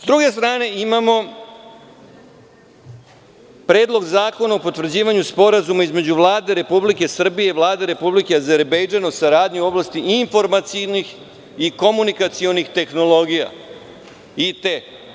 S druge strane imamo Predlog zakona o potvrđivanju Sporazuma između Vlade Republike Srbije i Vlade Republike Azerbejdžan o saradnji u oblasti informativnih i komunikacionih tehnologija IT.